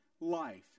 life